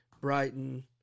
Brighton